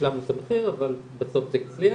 השלמנו את המחיר, אבל בסוף זה הצליח.